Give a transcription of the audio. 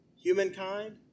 humankind